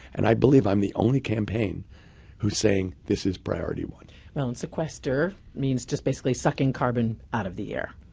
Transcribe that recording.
and i believe i'm the only campaign who's saying this is priority one. well, and sequester means just basically sucking carbon out of the air.